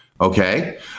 Okay